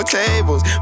tables